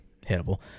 hittable